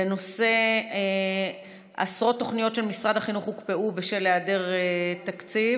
לנושא: עשרות תוכניות של משרד החינוך הוקפאו בשל היעדר תקציב,